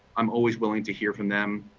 i'm always willing to hear from them,